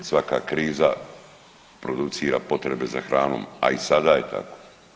I svaka kriza producira potrebe za hranom, a i sada je tako.